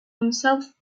himself